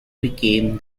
became